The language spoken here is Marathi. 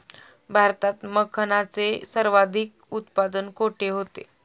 भारतात मखनाचे सर्वाधिक उत्पादन कोठे होते?